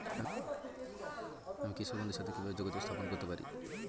আমি কৃষক বন্ধুর সাথে কিভাবে যোগাযোগ স্থাপন করতে পারি?